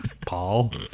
paul